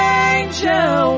angel